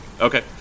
Okay